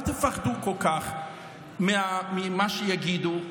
אל תפחדו כל כך ממה שיגידו,